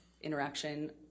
interaction